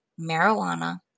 marijuana